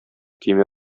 көймә